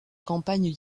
campagne